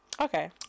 Okay